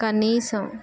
కనీసం